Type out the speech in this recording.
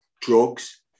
drugs